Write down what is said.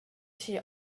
she